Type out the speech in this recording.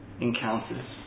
encounters